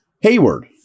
Hayward